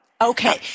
Okay